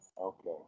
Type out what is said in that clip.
Okay